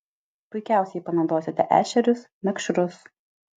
puikiausiai panaudosite ešerius mekšrus